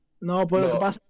No